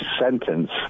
sentence